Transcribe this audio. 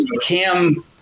Cam